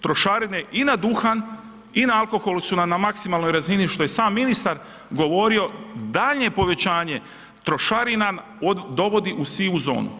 Trošarine i na duhan i na alkohol su nam na maksimalnoj razini što je sam ministar govorio daljnje povećanje trošarina dovodi u sivu zonu.